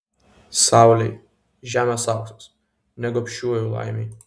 saulei žemės auksas ne gobšiųjų laimei